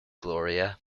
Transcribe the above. gloria